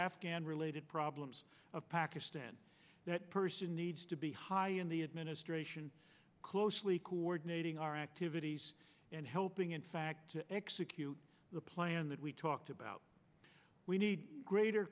afghan related problems of pakistan that person needs to be high in the administration closely coordinating our activities and helping in fact to execute the plan that we talked about we need greater